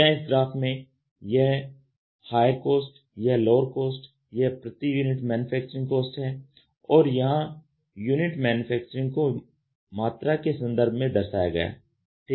तो यहां इस ग्राफ़ में यह हायर कॉस्ट यह लोवर कॉस्ट यह प्रति यूनिट मैनुफैक्चरिंग कॉस्ट है और यहां यूनिट मैनुफैक्चरिंग को मात्रा के संदर्भ में दर्शाया गया है